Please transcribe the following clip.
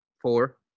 Four